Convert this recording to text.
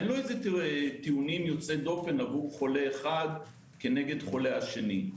אין לו טיעונים יוצאי דופן עבור חולה אחד כנגד החולה השני.